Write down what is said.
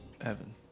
Evan